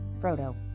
Frodo